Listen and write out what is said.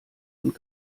und